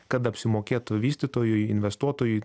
kad apsimokėtų vystytojui investuotojui